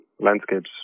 landscapes